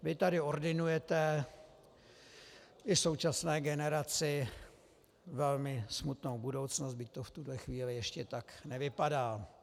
Vy tady ordinujete i současné generaci velmi smutnou budoucnost, byť to v tuhle chvíli ještě tak nevypadá.